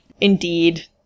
Indeed